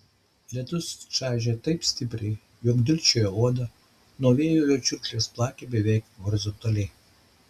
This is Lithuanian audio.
lietus čaižė taip stipriai jog dilgčiojo odą nuo vėjo jo čiurkšlės plakė beveik horizontaliai